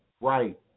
right